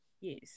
Yes